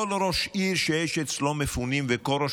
כל ראש עיר שיש אצלו מפונים וכל ראש